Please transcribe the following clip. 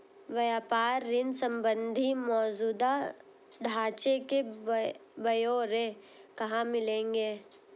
व्यापार ऋण संबंधी मौजूदा ढांचे के ब्यौरे कहाँ मिलेंगे?